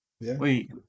Wait